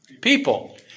People